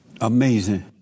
Amazing